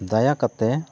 ᱫᱟᱭᱟ ᱠᱟᱛᱮᱫ